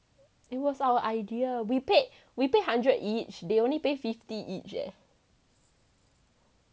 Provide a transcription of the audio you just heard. yeah it was our idea we paid we pay hundred each they only pay fifty each eh